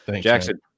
Jackson